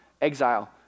Exile